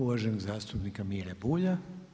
Uvaženi zastupnika Mire Bulja.